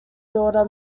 daughter